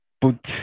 put